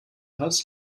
hat